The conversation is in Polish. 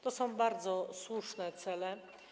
To są bardzo słuszne cele.